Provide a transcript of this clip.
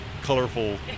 colorful